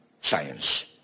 science